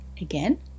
Again